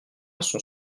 sont